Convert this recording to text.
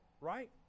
right